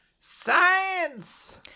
science